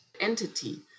entity